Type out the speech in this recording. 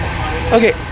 Okay